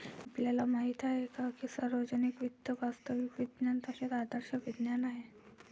आपल्याला माहित आहे की सार्वजनिक वित्त वास्तविक विज्ञान तसेच आदर्श विज्ञान आहे